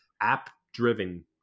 app-driven